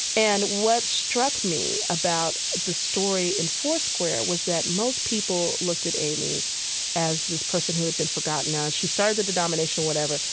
and what struck me about the story in foursquare was that most people looked at aimee as this person who had been forgotten now. she started the denomination, whatever.